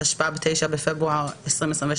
התשפ"ב-2022.